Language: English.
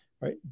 right